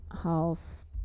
house